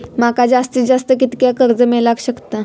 माका जास्तीत जास्त कितक्या कर्ज मेलाक शकता?